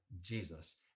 Jesus